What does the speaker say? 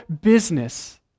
business